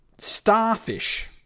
Starfish